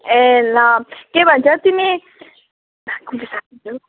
ए ल के भन्छ तिमी ला कुन चाहिँ साग टिप्छ हौ